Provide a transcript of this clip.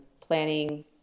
planning